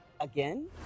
again